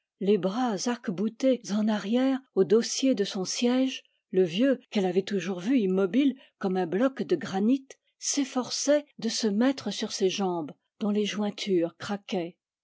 les bras arc-boutés en arrière au dossier de son siège le vieux qu'elle avait toujours vu immobile comme un bloc de granit s'efforçait de se mettre sur ses jambes dont les jointures craquaient